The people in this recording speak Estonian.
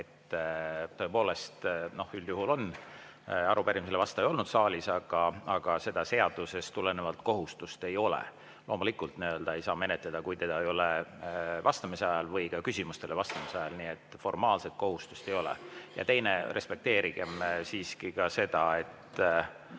Tõepoolest, üldjuhul on arupärimisele vastaja olnud saalis, aga seadusest tulenevat kohustust selleks ei ole. Loomulikult ei saa menetleda, kui teda ei ole vastamise ajal või küsimustele vastamise ajal siin. Formaalset kohustust ei ole. Teiseks, respekteerigem siiski ka seda –